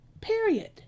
period